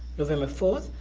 november fourth,